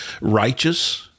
Righteous